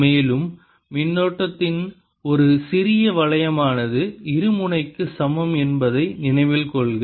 மேலும் மின்னோட்டத்தின் ஒரு சிறிய வளையமானது இருமுனைக்கு சமம் என்பதை நினைவில் கொள்க